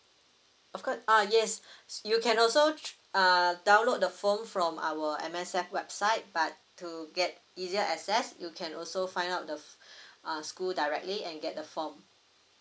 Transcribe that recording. of course uh yes you can also thr~ err download the form from our M_S_F website but to get easier access you can also find out the uh school directly and get the form